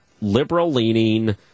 liberal-leaning